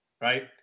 right